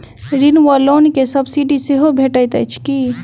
ऋण वा लोन केँ सब्सिडी सेहो भेटइत अछि की?